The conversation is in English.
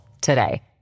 today